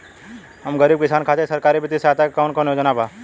हम गरीब किसान खातिर सरकारी बितिय सहायता के कवन कवन योजना बा?